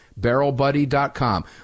BarrelBuddy.com